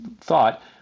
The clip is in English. thought